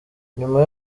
nyuma